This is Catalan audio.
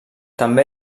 també